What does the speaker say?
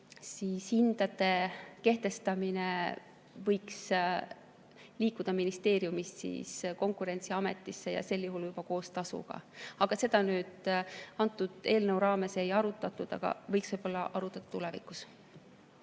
hindade kehtestamine võiks liikuda ministeeriumist Konkurentsiametisse, ja sel juhul juba koos tasuga. Aga seda selle eelnõu raames ei arutatud, võiks võib-olla arutada tulevikus.